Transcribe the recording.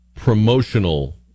promotional